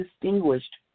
distinguished